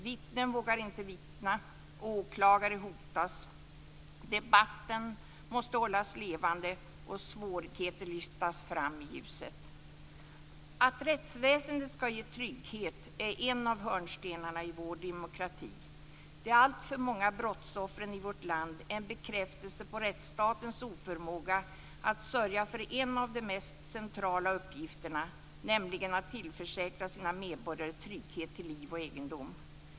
Vittnen vågar inte vittna och åklagare hotas. Debatten måste hållas levande och svårigheter lyftas fram i ljuset. Att rättsväsendet ska ge trygghet är en av hörnstenarna i vår demokrati. De alltför många brottsoffren i vårt land är en bekräftelse på rättsstatens oförmåga att sörja för en av de mest centrala uppgifterna, nämligen att tillförsäkra sina medborgare trygghet till liv och egendom.